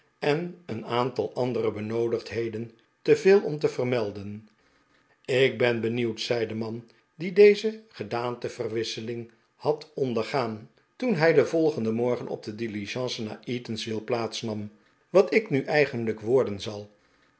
en een aantal andere benoodigdheden te veel om te vermelden ik ben benieuwd zei de man die deze gedaanteverwisseling had ondergaan toen hij den volgenden morgen op de diligence naar eatanswill plaats nam wat ik nu eigenlijk worden zal